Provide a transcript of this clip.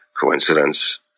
coincidence